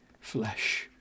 flesh